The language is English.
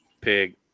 Pig